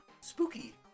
spooky